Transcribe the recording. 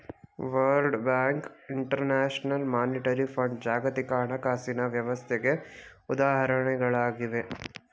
world bank, international monetary fund ಜಾಗತಿಕ ಹಣಕಾಸಿನ ವ್ಯವಸ್ಥೆಗೆ ಉದಾಹರಣೆಗಳಾಗಿವೆ